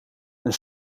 een